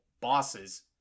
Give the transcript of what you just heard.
bosses